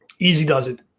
easy does it.